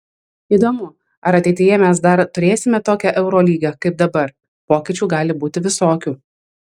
įdomu ar ateityje mes dar turėsime tokią eurolygą kaip dabar pokyčių gali būti visokių